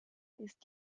ist